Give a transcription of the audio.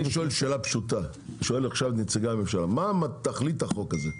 אני שואל עכשיו את נציגי הממשלה שאלה פשוטה: מה תכלית החוק הזה?